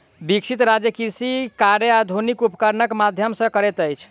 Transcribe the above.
विकसित राज्य कृषि कार्य आधुनिक उपकरणक माध्यम सॅ करैत अछि